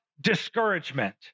discouragement